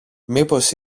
μήπως